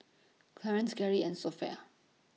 Clarnce Garry and Sofia